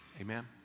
Amen